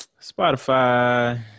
Spotify